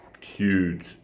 huge